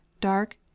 dark